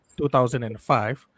2005